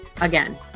again